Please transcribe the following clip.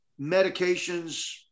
medications